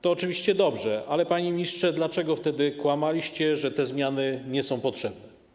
To oczywiście dobrze, ale, panie ministrze, dlaczego wtedy kłamaliście, że te zmiany nie są potrzebne?